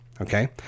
Okay